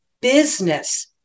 business